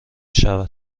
شود